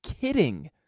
kidding